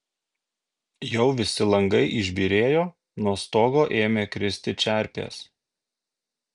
jau visi langai išbyrėjo nuo stogo ėmė kristi čerpės